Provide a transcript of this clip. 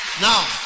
Now